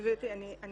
גבירתי, אני